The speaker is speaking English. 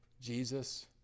Jesus